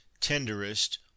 tenderest